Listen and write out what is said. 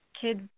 kids